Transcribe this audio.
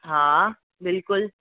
हा बिल्कुल